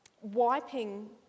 wiping